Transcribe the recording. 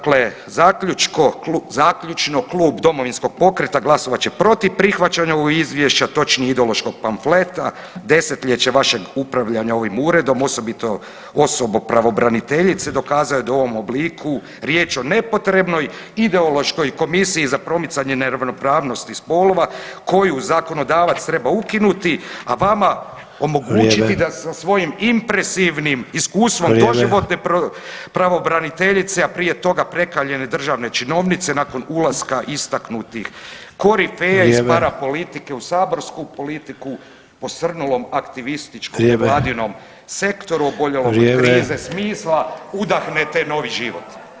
Dakle zaključno, Klub Domovinskog pokreta glasovat će protiv prihvaćanja ovog izvješća, točnije ideološkog pamfleta, 10-ljeće vašeg upravljanja ovim uredom, osobito osoba pravobraniteljice dokazao je da je u ovom obliku riječ o nepotrebnoj ideološkoj komisiji za promicanje neravnopravnosti spolova koju zakonodavac treba ukinuti, a vama omogućiti da sa svojim impresivnim iskustvom doživotne pravobraniteljice, a prije toga prekaljene državne činovnice nakon ulaska istaknutih … [[Govornik se ne razumije]] iz para politike u saborsku politiku posrnulom aktivističkom vladinom sektoru oboljelom od krize smisla udahnete novi život.